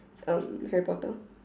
um Harry Potter